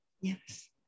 Yes